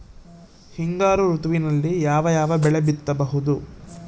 ಹಿಂಗಾರು ಋತುವಿನಲ್ಲಿ ಯಾವ ಯಾವ ಬೆಳೆ ಬಿತ್ತಬಹುದು?